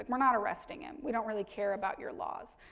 we're not arresting him, we don't really care about your laws.